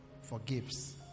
forgives